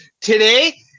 Today